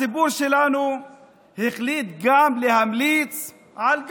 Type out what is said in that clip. הציבור שלנו החליט גם להמליץ על גנץ,